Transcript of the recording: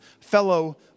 fellow